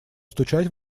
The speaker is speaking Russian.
стучать